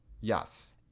Yes